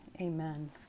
Amen